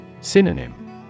Synonym